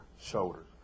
shoulders